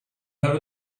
have